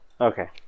Okay